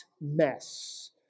mess